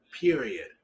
period